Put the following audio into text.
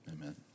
Amen